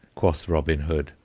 quoth robin hood,